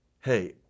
Hey